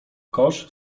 kosz